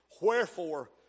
Wherefore